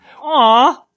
Aww